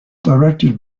directed